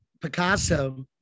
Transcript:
Picasso